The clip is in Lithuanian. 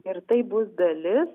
ir tai bus dalis